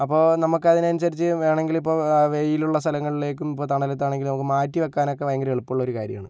അപ്പോൾ നമുക്കതിനനുസരിച്ച് വേണമെങ്കില് ഇപ്പോൾ വെയിലുള്ള സ്ഥലങ്ങളിലേക്കും ഇപ്പോൾ തണലത്താണെങ്കിലും നമുക്ക് മാറ്റിവയ്ക്കാനൊക്കെ ഭയങ്കര എളുപ്പമുള്ള ഒരു കാര്യമാണ്